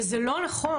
וזה לא נכון,